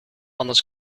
anders